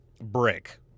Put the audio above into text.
Brick